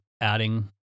adding